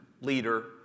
leader